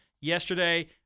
yesterday